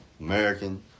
American